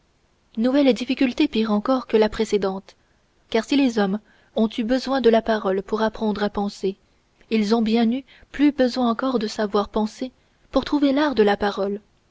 nouvelle difficulté pire encore que la précédente car si les hommes ont eu besoin de la parole pour apprendre à penser ils ont eu bien plus besoin encore de savoir penser pour trouver l'art de la parole